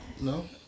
No